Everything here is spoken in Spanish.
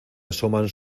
asoman